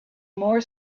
more